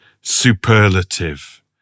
superlative